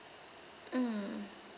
mm